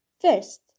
First